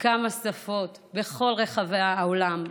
בכמה שפות בכל רחבי העולם.